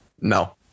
no